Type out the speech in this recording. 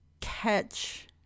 catch